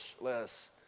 less